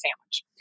sandwich